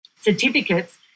certificates